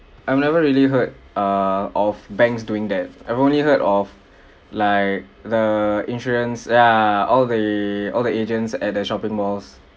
I've never really heard err of banks doing that I've only heard of like the insurance ya all the all the agents at shopping malls